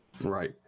Right